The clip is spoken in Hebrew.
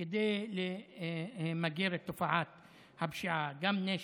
כדי למגר את תופעת הפשיעה: גם נשק,